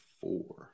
four